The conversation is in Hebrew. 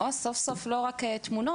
שסוף סוף לא רק תמונות,